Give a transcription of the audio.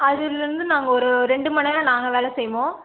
அதுலேருந்து நாங்கள் ஒரு ரெண்டு மணி நேரம் நாங்கள் வேலை செய்வோம்